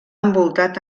envoltat